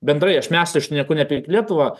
bendrai aš mes šneku ne apie lietuvą